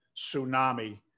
tsunami